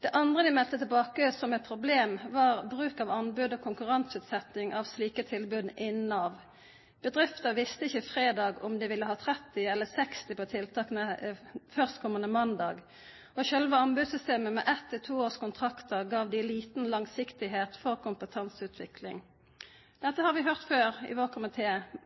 Det andre de meldte tilbake som et problem, var bruk av anbud og konkurranseutsetting av slike tilbud innen Nav. Bedriften visste ikke fredag om de ville ha 30 eller 60 på tiltak førstkommende mandag, og selve anbudssystemet, med ett–to-års kontrakter, ga dem liten langsiktighet for kompetanseutvikling. Dette har vi hørt før i vår